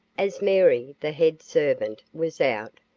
as mary, the head servant, was out,